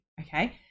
Okay